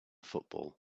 football